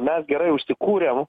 mes gerai užsikūrėm